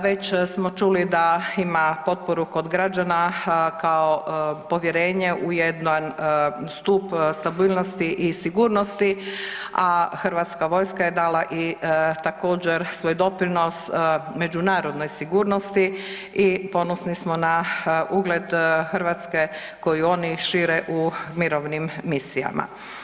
Već smo čuli da ima potporu kod građana kao povjerenje u jedan stup stabilnosti i sigurnosti, a Hrvatska vojska je dala i također svoj doprinos međunarodnoj sigurnosti i ponosni smo na ugled Hrvatske koju oni šire u mirovnim misijama.